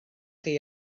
chi